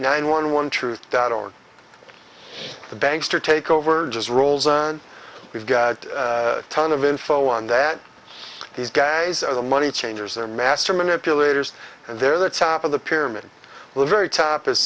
nine one one truth or the banks to take over just rolls and we've got a ton of info on that these guys are the money changers they're master manipulators and they're the top of the pyramid the very top is